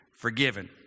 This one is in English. forgiven